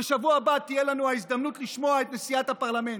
ובשבוע הבא תהיה לנו ההזדמנות לשמוע את נשיאת הפרלמנט.